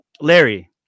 larry